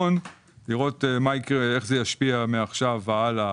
לראות מה יקרה, איך זה ישפיע מעכשיו והלאה